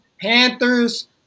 Panthers